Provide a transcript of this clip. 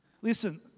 Listen